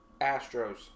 Astros